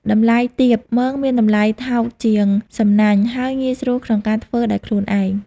តម្លៃទាប មងមានតម្លៃថោកជាងសំណាញ់ ហើយងាយស្រួលក្នុងការធ្វើដោយខ្លួនឯង។